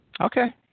Okay